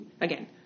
again